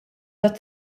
tat